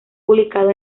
publicado